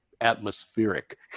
atmospheric